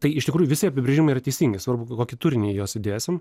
tai iš tikrųjų visi apibrėžimai yra teisingi svarbu kokį turinį į juos įdėsim